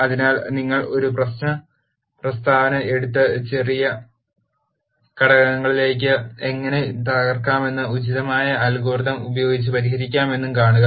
അതിനാൽ നിങ്ങൾ ഒരു പ്രശ്ന പ്രസ്താവന എടുത്ത് ചെറിയ ഘടകങ്ങളിലേക്ക് എങ്ങനെ തകർക്കാമെന്നും ഉചിതമായ അൽഗോരിതം ഉപയോഗിച്ച് പരിഹരിക്കാമെന്നും കാണുക